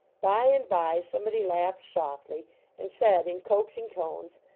by and by, somebody laughed softly and said in coaxing tones,